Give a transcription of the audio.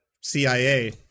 CIA